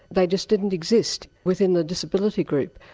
they just didn't exist within the disability group.